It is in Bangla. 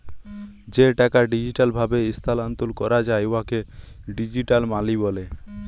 যে টাকা ডিজিটাল ভাবে ইস্থালাল্তর ক্যরা যায় উয়াকে ডিজিটাল মালি ব্যলে